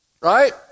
Right